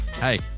Hey